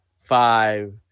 five